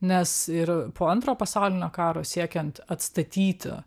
nes ir po antro pasaulinio karo siekiant atstatyti